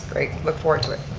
great, look forward to it.